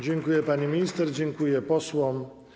Dziękuję pani minister, dziękuję posłom.